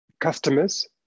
customers